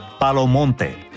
Palomonte